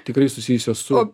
tikrai susijusios su